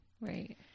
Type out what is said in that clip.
Right